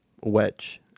wedge